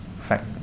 fact